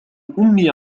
أمي